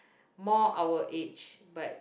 more our aged but